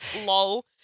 lol